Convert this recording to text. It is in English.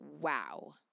wow